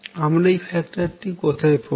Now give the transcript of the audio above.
আমরা এই ফ্যাক্টরটি কোথায় পাবো